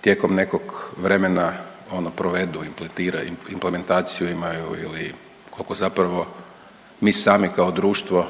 tijekom nekog vremena ono provedu, impletira, implementaciju imaju ili kolko zapravo mi sami kao društvo